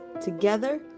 Together